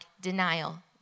denial